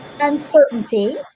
uncertainty